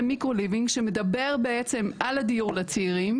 micro-living שמדבר על הדיור לצעירים